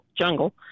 Jungle